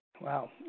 Wow